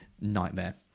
nightmare